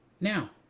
Now